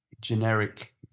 generic